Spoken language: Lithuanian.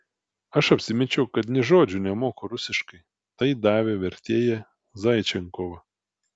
aš apsimečiau kad nė žodžio nemoku rusiškai tai davė vertėją zaičenkovą